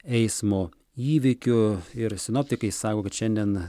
eismo įvykių ir sinoptikai sako kad šiandien